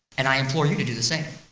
and i implore you to do the same.